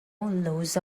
lose